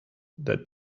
that